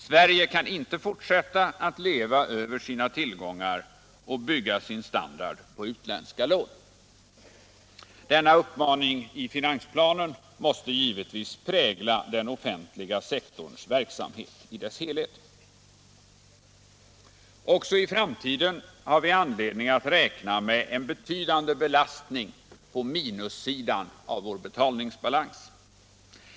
Sverige kan inte fortsätta att leva över sina tillgångar och bygga sin standard på utländska lån.” Denna uppmaning i finansplanen måste givetvis prägla den offentliga sektorns verksamhet i dess helhet. Också i framtiden har vi anledning att räkna med en betydande belastning på minussidan av vår betalningsbalans.